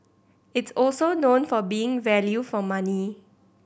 it's also known for being value for money